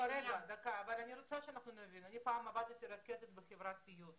פעם עבדתי כרכזת בחברת סיעוד,